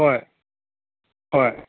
ꯍꯣꯏ ꯍꯣꯏ